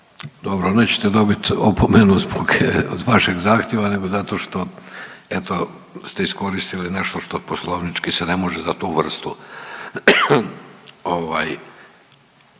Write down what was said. Dobro, nećete dobiti opomenu zbog vašeg zahtjeva, nego zato što eto ste iskoristili nešto što poslovnički se ne može za tu vrstu,